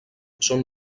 són